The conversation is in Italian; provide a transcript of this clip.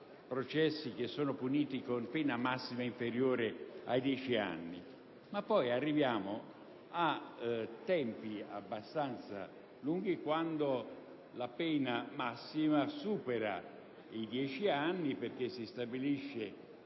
processi puniti con pena massima inferiore a dieci anni. Poi, però, arriviamo a tempi abbastanza lunghi quando la pena massima supera i dieci anni, in quanto si stabilisce